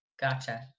Gotcha